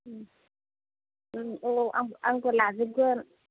औ औ आंबो लाजोबगोन